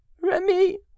remy